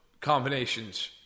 combinations